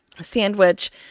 Sandwich